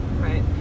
right